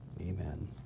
Amen